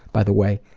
by the way,